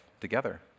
together